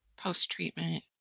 post-treatment